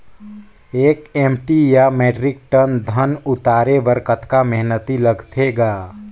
एक एम.टी या metric tonne धन उतारे बर कतका मेहनती लगथे ग?